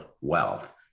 wealth